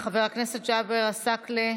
חבר הכנסת ג'אבר עסאקלה,